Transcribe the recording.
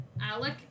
Alec